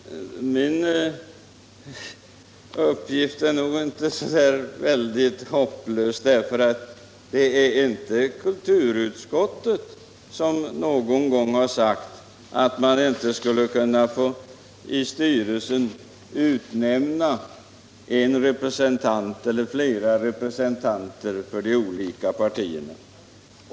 Herr talman! Min uppgift är nog inte så hopplös. Kulturutskottet har inte sagt att man inte skulle kunna sätta in representanter för de olika partierna i styrelsen.